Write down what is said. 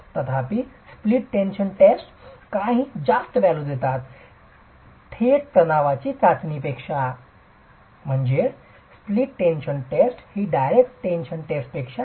तथापि split tension test काही जास्त व्हॅल्यू देतात थेट ताण चाचणी पेक्षा